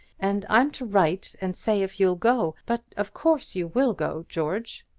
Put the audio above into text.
and i'm to write and say if you'll go but of course you will go george.